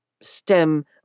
stem